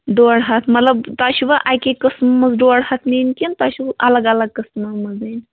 ڈۄڈ ہَتھ مطلب تۄہہِ چھُوا اَکے قٕسمہٕ منٛز ڈۄڈ ہَتھ نِنۍ کِنہٕ تۄہہِ چھُو الگ الگ قٕسمو منٛز نِنۍ